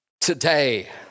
today